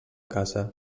caça